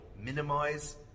minimize